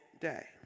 day